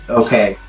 okay